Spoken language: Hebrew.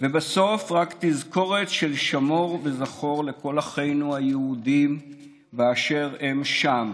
ובסוף רק תזכורת של שמור וזכור לכל אחינו היהודים באשר הם שם: